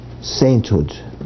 sainthood